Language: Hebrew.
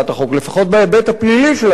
לפחות בהיבט הפלילי של הצעת החוק,